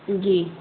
जी